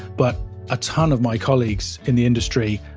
but a ton of my colleagues in the industry,